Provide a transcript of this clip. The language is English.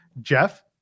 Jeff